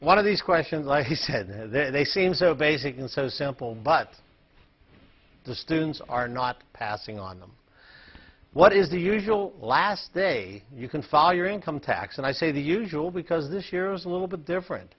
one of these questions like he said they seem so basic and so simple but the students are not passing on them what is the usual last day you can follow your income tax and i say the usual because this year's a little bit different